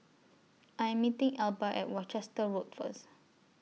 I Am meeting Elba At Worcester Road First